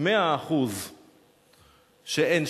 100% שם אינם